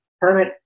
Permit